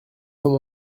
quand